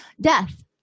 Death